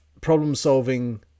problem-solving